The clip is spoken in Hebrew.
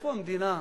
איפה המדינה?